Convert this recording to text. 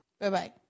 bye-bye